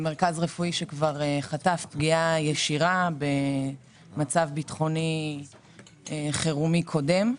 מרכז רפואי שכבר חטף פגיעה ישירה במצב ביטחוני חירומי קודם.